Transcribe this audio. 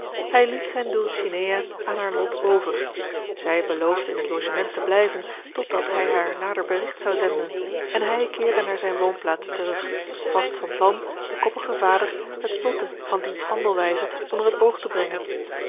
hij liet zijne dulcinea aan haar lot over zij beloofde in het logement te blijven tot dat hij haar nader berigt zou zenden en hij keerde naar zijne woonplaats terug vast van plan den koppigen vader het zotte van diens handelvijze onder het oog te brengen